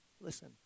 Listen